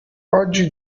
oggi